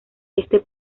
este